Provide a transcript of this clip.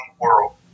world